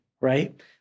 right